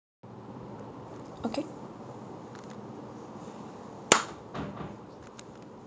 okay